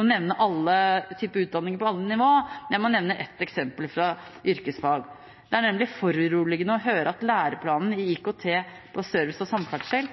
å nevne alle typer utdanninger på alle nivåer, men jeg må nevne et eksempel fra yrkesfag. Det er nemlig foruroligende å høre at læreplanen i IKT for service og samferdsel